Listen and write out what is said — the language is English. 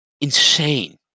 Insane